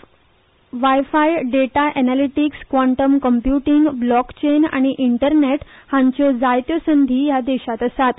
five G data analytics quantum computing block chain आनी internet हाच्यो जाय त्यो संदी ह्या देशांत आसात